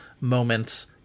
moments